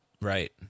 Right